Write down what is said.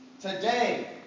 today